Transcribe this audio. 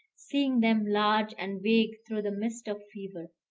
seeing them large and vague through the mist of fever.